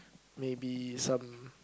maybe some